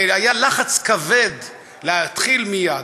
והיה לחץ כבד להתחיל מייד.